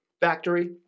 factory